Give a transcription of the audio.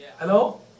Hello